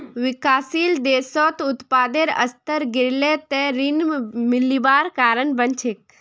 विकासशील देशत उत्पादेर स्तर गिरले त ऋण लिबार कारण बन छेक